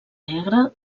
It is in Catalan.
negre